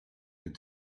had